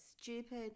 stupid